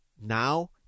now